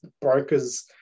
brokers